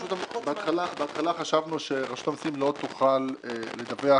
בהתחלה חשבנו שרשות המסים לא תוכל לדווח